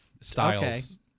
styles